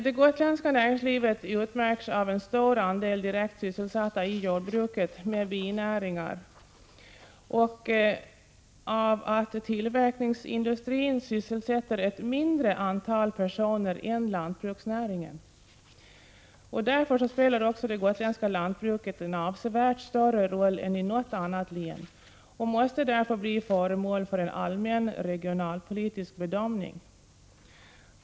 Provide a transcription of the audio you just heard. Det gotländska näringslivet utmärks av att en stor andel av befolkningen är direkt sysselsatt i jordbruket med binäringar och av att tillverkningsindustrin sysselsätter ett mindre antal personer än lantbruksnäringen. Därför spelar det gotländska lantbruket en avsevärt större roll än lantbruket i något annat län, och det måste av den anledningen bli föremål för en allmän regionalpolitisk bedömning.